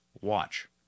Watch